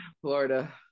Florida